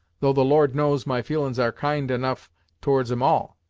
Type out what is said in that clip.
though the lord knows my feelin's are kind enough towards em all!